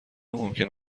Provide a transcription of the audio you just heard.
ممکن